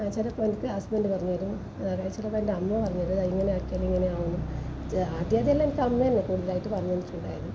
ആ ചിലപ്പോൾ എനിക്ക് ഹസ്ബൻഡ് പറഞ്ഞ് തരും പിന്നെ ചിലപ്പോൾ എൻറ്റമ്മ പറഞ്ഞ് തരും ഇങ്ങനെ ആക്കിയാൽ ഇങ്ങനെ ആകുമെന്ന് അത്യാവശ്യമെല്ലാം എനിക്ക് അമ്മയാണ് കൂടുതലായിട്ട് പറഞ്ഞ് തന്നിട്ടുണ്ടായിരുന്നു